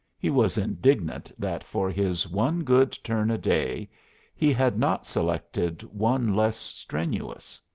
he was indignant that for his one good turn a day he had not selected one less strenuous.